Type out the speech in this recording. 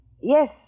Yes